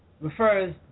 refers